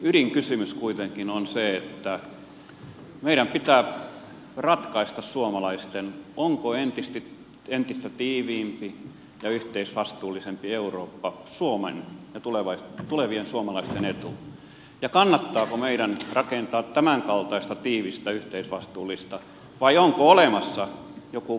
ydinkysymys kuitenkin on se että meidän suomalaisten pitää ratkaista onko entistä tiiviimpi ja yhteisvastuullisempi eurooppa suomen ja tulevien suomalaisten etu ja kannattaako meidän rakentaa tämänkaltaista tiivistä yhteisvastuullisuutta vai onko olemassa jokin vaihtoehto